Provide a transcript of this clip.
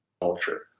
culture